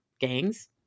gangs